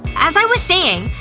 as i was saying,